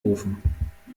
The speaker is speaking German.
ofen